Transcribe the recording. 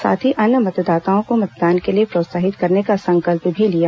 साथ ही अन्य मतदाताओं को मतदान के लिए प्रोत्साहित करने का संकल्प भी लिया